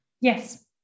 Yes